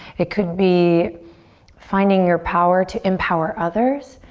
it could be finding your power to empower others.